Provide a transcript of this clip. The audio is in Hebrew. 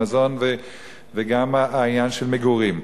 מזון וגם העניין של מגורים.